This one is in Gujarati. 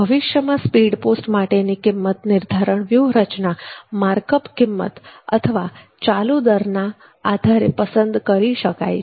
ભવિષ્યમાં સ્પીડ પોસ્ટ માટેની કિંમત નિર્ધારણ વ્યૂહરચના માર્ક અપ કિંમત અથવા ચાલુ દરના આધારે પસંદ કરી શકાય છે